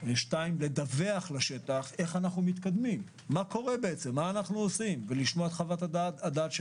לדווח לשטח איך מתקדמים ולשמוע את חוות הדעת של